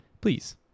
Please